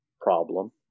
problem